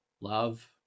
love